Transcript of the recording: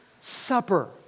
supper